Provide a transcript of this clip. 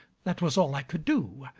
that was all i could do.